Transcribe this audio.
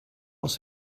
aus